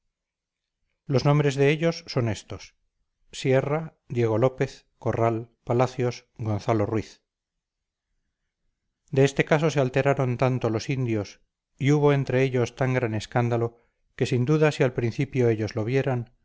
los nombres de ellos son éstos sierra diego lópez corral palacios gonzalo ruiz de este caso se alteraron tanto los indios y hubo entre ellos tan gran escándalo que sin duda si al principio ellos lo vieran